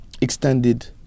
extended